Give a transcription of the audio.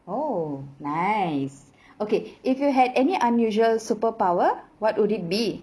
oh nice okay if you had any unusual superpower what would it be